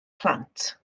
plant